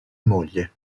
moglie